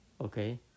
Okay